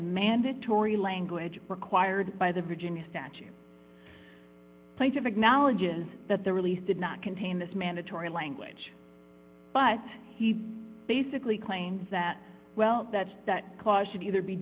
mandatory language required by the virginia statute plaintiff acknowledges that the release did not contain this mandatory language but basically claims that well that that clause should either be